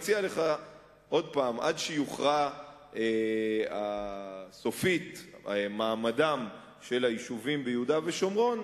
עד שיוכרע סופית מעמדם של היישובים ביהודה ושומרון,